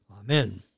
Amen